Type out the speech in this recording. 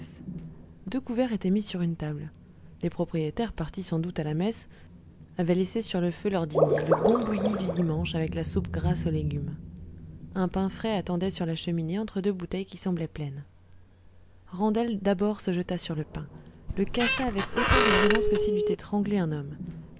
couverts étaient mis sur une table les propriétaires partis sans doute à la messe avaient laissé sur le feu leur dîner le bon bouilli du dimanche avec la soupe grasse aux légumes un pain frais attendait sur la cheminée entre deux bouteilles qui semblaient pleines randel d'abord se jeta sur le pain le cassa avec autant de violence que s'il eût étranglé un homme